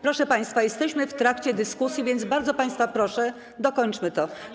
Proszę państwa, jesteśmy w trakcie dyskusji, więc bardzo państwa proszę, dokończmy to.